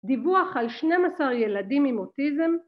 דיווח על 12 ילדים עם אוטיזם